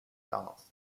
danced